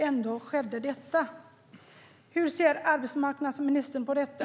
Ändå skedde detta. Hur ser arbetsmarknadsministern på detta?